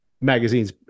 magazines